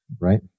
Right